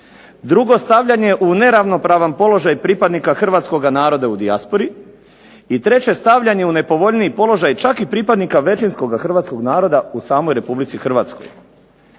Drugo, stavljanje u neravnopravan položaj pripadnika hrvatskog naroda u dijaspori. I treće, stavljanje u nepovoljniji položaj čak i pripadnika većinskog hrvatskog naroda u samoj RH. O prvoj